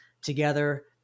together